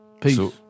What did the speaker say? Peace